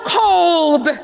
cold